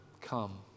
come